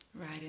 right